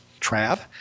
Trav